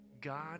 God